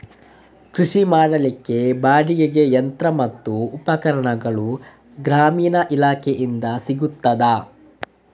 ಕೃಷಿ ಮಾಡಲಿಕ್ಕೆ ಬಾಡಿಗೆಗೆ ಯಂತ್ರ ಮತ್ತು ಉಪಕರಣಗಳು ಗ್ರಾಮೀಣ ಇಲಾಖೆಯಿಂದ ಸಿಗುತ್ತದಾ?